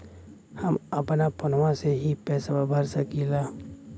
हम अपना फोनवा से ही पेसवा भर सकी ला?